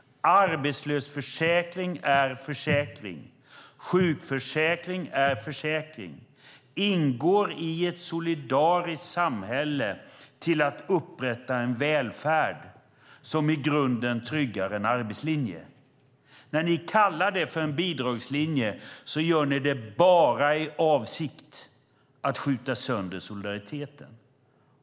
Arbetslöshetsförsäkring är försäkring. Sjukförsäkring är försäkring. Det ingår i ett solidariskt samhälle till att upprätta en välfärd som i grunden tryggar en arbetslinje. När ni kallar det för en bidragslinje gör ni det bara i avsikt att skjuta sönder solidariteten.